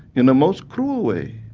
in a most cruel way.